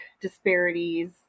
disparities